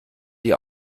die